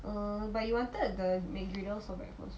err but you wanted the mcgriddles for breakfast [what]